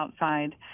outside